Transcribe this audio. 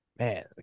Man